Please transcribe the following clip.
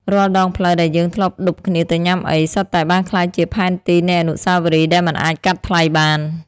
រាល់ដងផ្លូវដែលយើងធ្លាប់ឌុបគ្នាទៅញ៉ាំអី សុទ្ធតែបានក្លាយជាផែនទីនៃអនុស្សាវរីយ៍ដែលមិនអាចកាត់ថ្លៃបាន។